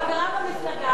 אני חברה במפלגה,